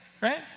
right